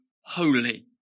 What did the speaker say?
holy